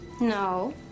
No